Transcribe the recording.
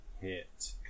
hit